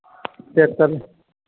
station